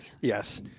Yes